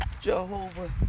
Jehovah